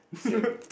same